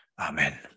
amen